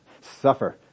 Suffer